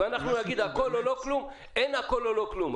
אם אנחנו נגיד "הכול או לא כלום" אין הכול או לא כלום.